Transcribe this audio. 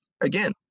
Again